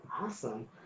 Awesome